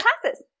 classes